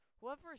Whoever